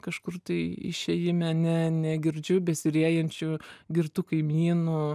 kažkur tai išėjime ne negirdžiu besiriejančių girtų kaimynų